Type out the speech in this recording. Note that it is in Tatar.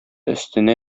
өстенә